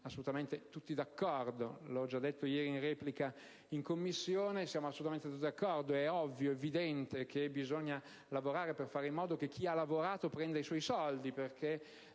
tutti d'accordo: l'ho già detto ieri in replica in Commissione. È ovvio, è evidente che bisogna lavorare per fare in modo che chi ha lavorato prenda i suoi soldi, perché